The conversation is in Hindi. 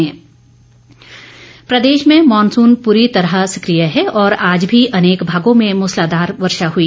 मौसम प्रदेश में मॉनसून पूरी तरह सक्रिय है और आज भी अनेक भागों में मूसलाधार वर्षा हुई